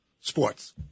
Sports